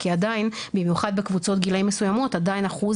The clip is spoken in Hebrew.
כי במיוחד בקבוצות גילאים מסוימות עדיין אחוז